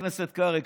חבר הכנסת קרעי,